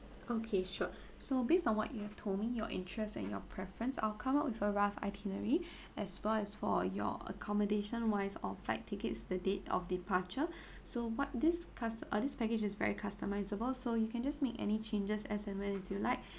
okay sure so based on what you have told me your interests and your preference I'll come up with a rough itinerary as far as for your accommodation wise or flight tickets the date of departure so what this cus~ uh this package is very customisable so you can just make any changes as and when as you'd like